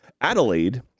Adelaide